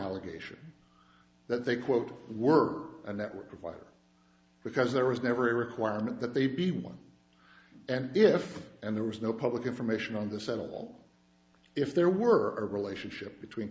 allegation that they quote were a network provider because there was never a requirement that they be one and if and there was no public information on this at all if there were a relationship between